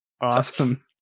awesome